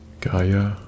Gaia